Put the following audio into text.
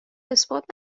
اثبات